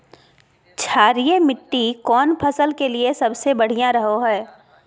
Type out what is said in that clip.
क्षारीय मिट्टी कौन फसल के लिए सबसे बढ़िया रहो हय?